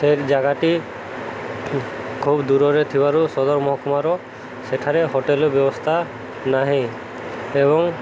ସେ ଜାଗାଟି ଖୁବ ଦୂରରେ ଥିବାରୁ ସଦର ମହକୁମାର ସେଠାରେ ହୋଟେଲ ବ୍ୟବସ୍ଥା ନାହିଁ ଏବଂ